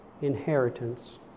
inheritance